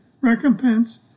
recompense